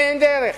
אין דרך